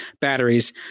batteries